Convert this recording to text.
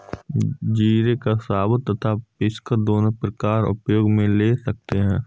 जीरे को साबुत तथा पीसकर दोनों प्रकार उपयोग मे ले सकते हैं